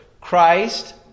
Christ